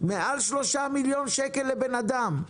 יותר מ-3 מיליון שקל לבן אדם.